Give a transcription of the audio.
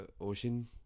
Ocean